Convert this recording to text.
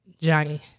Johnny